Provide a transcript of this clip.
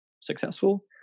successful